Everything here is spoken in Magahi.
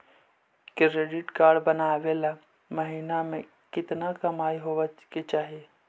क्रेडिट कार्ड बनबाबे ल महीना के केतना कमाइ होबे के चाही?